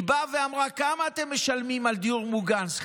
היא באה ואמרה: כמה אתם משלמים שכירות על דיור מוגן?